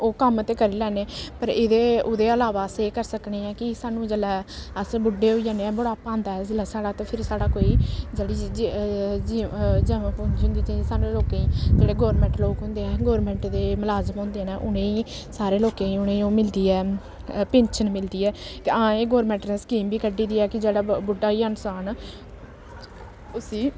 ओह् कम्म ते करी लैन्नें पर इह्दे ओह्दे इलावा अस एह् करी सकने आं कि सानूं जेल्लै अस बुड्ढे होई जन्ने आं बुढ़ापा औंदा ऐ जेल्लै साढ़ा ते फिरी साढ़ा कोई जेह्ड़ी जमा पूंजी होंदी जेह्ड़ी सानूं लोकें गी जेह्ड़े गौरमैंट लोक होंदे ऐ गौरमैंट दे मलाजम होंदे न उ'नें गी सारें लोकें गी उ'नें गी ओह् मिलदी ऐ पिन्शन मिलदी ऐ ते हां एह् गौरमैंट ने स्कीम बी कड्ढी दी ऐ कि जेह्ड़ा बुड्ढा होई जाऽ इंसान उस्सी